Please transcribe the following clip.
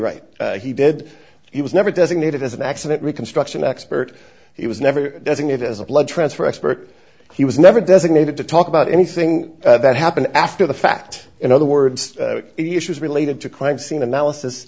right he did he was never designated as an accident reconstruction expert he was never letting it as a blood transfer expert he was never designated to talk about anything that happened after the fact in other words he issues related to crime scene analysis